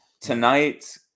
tonight